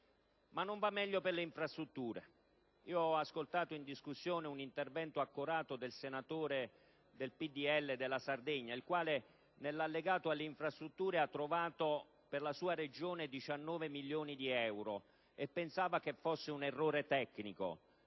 E non va meglio per le infrastrutture: ho ascoltato in discussione un accorato intervento di un senatore del PdL della Sardegna, il quale, nell'Allegato alle infrastrutture, ha trovato per la sua Regione 19 milioni di euro e pensava che fosse un errore tecnico.